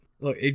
Look